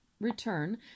Return